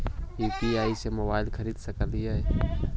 UPI से हम mobile खरिद सकलिऐ है